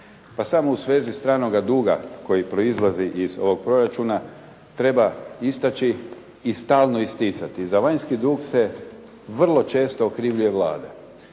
Pa samo u svezi stranoga duga koji proizlazi iz ovoga proračuna treba istaći i stalno isticati. Za vanjski dug se vrlo često okrivljuje Vlada.